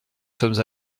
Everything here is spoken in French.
sommes